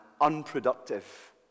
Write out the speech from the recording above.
unproductive